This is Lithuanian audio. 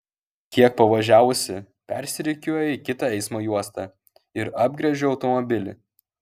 kiek pavažiavusi persirikiuoju į kitą eismo juostą ir apgręžiu automobilį